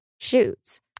shoots